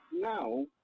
Now